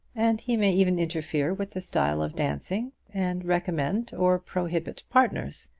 and he may even interfere with the style of dancing, and recommend or prohibit partners.